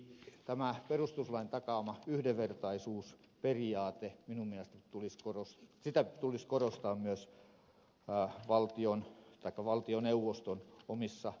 tätä perustuslain takaamaa yhdenvertaisuusperiaatetta minun mielestäni tulisi korostaa myös valtioneuvoston omissa toiminnoissa